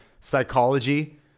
psychology